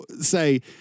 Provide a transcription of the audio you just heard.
say